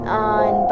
on